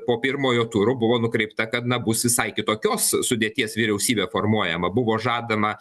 po pirmojo turo buvo nukreipta kad na bus visai kitokios sudėties vyriausybė formuojama buvo žadama